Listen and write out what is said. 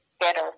Better